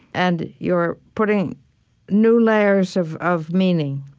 and you're putting new layers of of meaning.